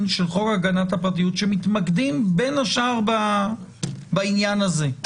של חוק הגנת הפרטיות שמתמקדים בין השאר בעניין הזה.